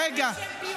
רגע.